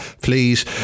please